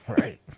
Right